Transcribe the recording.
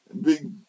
Big